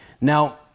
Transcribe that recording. Now